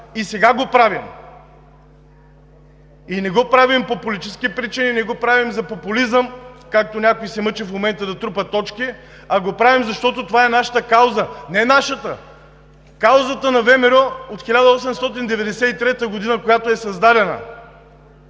– сега го правим! Не го правим по политически причини, не го правим за популизъм, както някой се мъчи в момента да трупа точки, а го правим, защото това е нашата кауза. Не нашата – каузата на ВМРО от 1893 г., когато е създадена